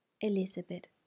Elizabeth